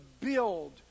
build